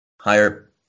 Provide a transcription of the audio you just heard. higher